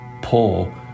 pull